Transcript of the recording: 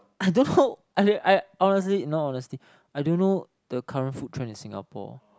I don't know I I honestly no honestly I don't know the current food trend in Singapore